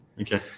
Okay